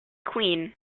queen